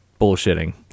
bullshitting